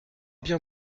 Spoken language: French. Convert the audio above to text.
bien